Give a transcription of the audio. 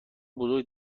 بزرگ